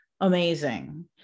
amazing